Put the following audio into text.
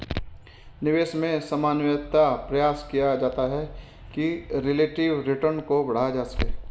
निवेश में सामान्यतया प्रयास किया जाता है कि रिलेटिव रिटर्न को बढ़ाया जा सके